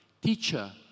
Teacher